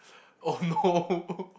oh no